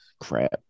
Crap